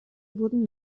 wurden